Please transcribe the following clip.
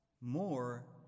more